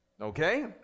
Okay